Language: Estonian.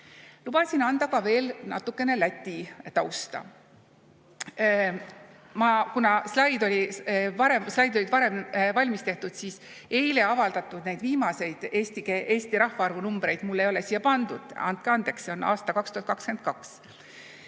Lubasin anda ka natukene Läti tausta. Kuna slaidid olid varem valmis tehtud, siis eile avaldatud, neid viimaseid Eesti rahvaarvu numbreid mul ei ole siia pandud, andke andeks. See on aasta 2022.